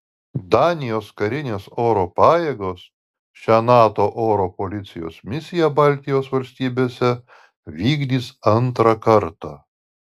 danijos karinės oro pajėgos šią nato oro policijos misiją baltijos valstybėse vykdys antrą kartą